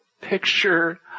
picture